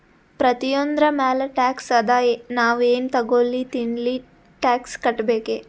ಪ್ರತಿಯೊಂದ್ರ ಮ್ಯಾಲ ಟ್ಯಾಕ್ಸ್ ಅದಾ, ನಾವ್ ಎನ್ ತಗೊಲ್ಲಿ ತಿನ್ಲಿ ಟ್ಯಾಕ್ಸ್ ಕಟ್ಬೇಕೆ